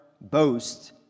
boast